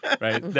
Right